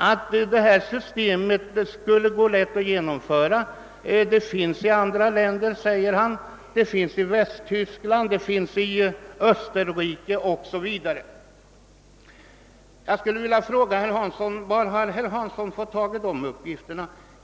har gjorts gällande att systemet med differentierade slaktdjursavgifter skulle vara lätt att genomföra. Det tillämpas redan i andra länder, t.ex. i Västtyskland och Österrike, står det. Då vill jag fråga varifrån reservanterna har fått den uppgiften.